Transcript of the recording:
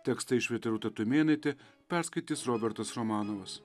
tekstą išvertė rūta tumėnaitė perskaitys robertas romanovas